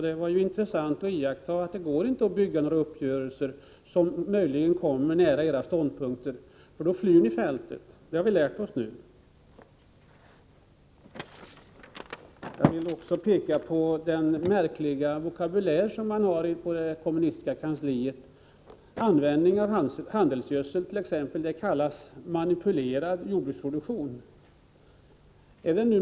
Det var intressant att notera att det inte går att bygga några uppgörelser som möjligen kan komma nära era ståndpunkter, för då flyr ni fältet — det har vi lärt oss nu. Jag vill också peka på den märkliga vokabulär som man har i det kommunistiska kansliet. Användningen av handelsgödsel kallas t.ex. manipulerad jordbruksproduktion.